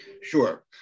Sure